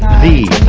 the